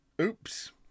Oops